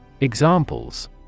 Examples